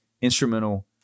instrumental